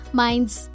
minds